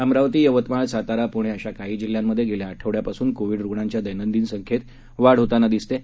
अमरावती यवतमाळ सातारा पुणे अशा काही जिल्ह्यांमध्ये गेल्या आठवड्यापासून कोविड रुग्णांच्या दैनंदिन संख्येत वाढ होताना दिसत आहे